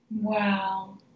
Wow